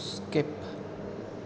skip